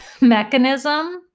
mechanism